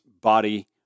body